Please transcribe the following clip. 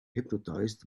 hypnotized